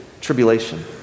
tribulation